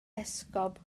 esgob